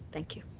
thank you.